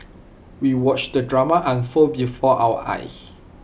we watched the drama unfold before our eyes